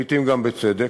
לעתים גם בצדק,